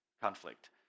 Conflict